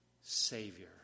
Savior